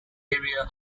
area